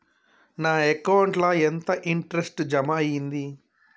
నా అకౌంట్ ల ఎంత ఇంట్రెస్ట్ జమ అయ్యింది?